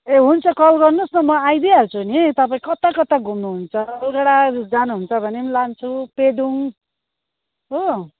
ए हुन्छ कल गर्नुहोस् न म आइदिइहाल्छु नि तपाईँ कता कता घुम्नुहुन्छ अलगढा जानुहुन्छ भने पनि लान्छु पेदोङ हो